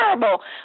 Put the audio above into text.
terrible